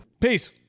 Peace